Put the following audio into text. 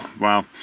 wow